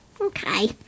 Okay